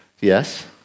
Yes